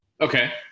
okay